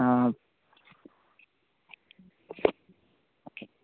ആ ഓക്കെ